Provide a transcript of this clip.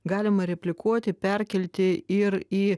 galima replikuoti perkelti ir į